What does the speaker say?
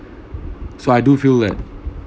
so I do feel that